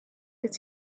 his